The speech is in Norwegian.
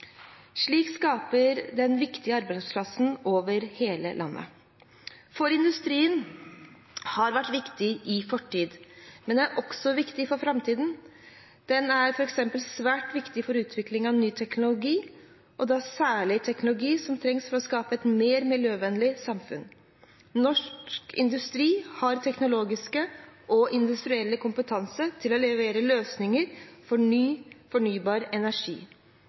Slik skaper den viktige arbeidsplasser over hele landet. Industrien har vært viktig i fortiden, men er også viktig for framtiden. Den er f.eks. svært viktig for utvikling av ny teknologi, og da særlig teknologi som trengs for å skape et mer miljøvennlig samfunn. Norsk industri har teknologisk og industriell kompetanse til å levere løsninger for ny, fornybar energi.